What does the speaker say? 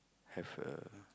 have a